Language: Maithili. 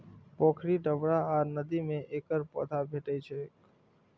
पोखरि, डबरा आ नदी मे एकर पौधा भेटै छैक